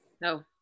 No